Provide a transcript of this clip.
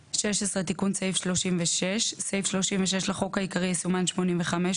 תיקון לסעיף 36 16. סעיף 36 לחוק העיקרי יסומן "85",